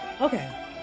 okay